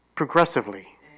Progressively